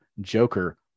Joker